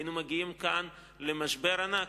היינו מגיעים כאן למשבר ענק.